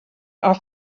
are